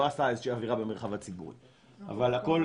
עשה איזו שהיא עבירה במרחב הציבורי אבל הכל טענות.